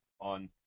on